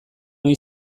ohi